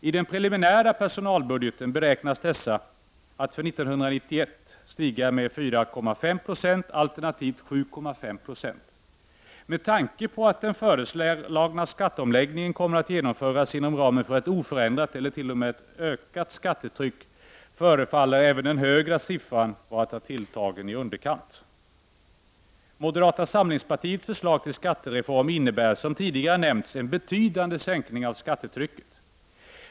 I den preliminära personalbudgeten beräknas dessa för 1991 stiga med 4,5 96, alternativt 7,5 90. Med tanke på att den föreslagna skatteomläggningen kommer att genomföras inom ramen för ett oförändrat, eller t.o.m. ett ökat skattetryck förefaller även den högre procentsatsen att vara tilltagen i underkant. Moderata samlingspartiets förslag till skattereform innebär, som tidigare nämnts, en betydande sänkning av skattetrycket.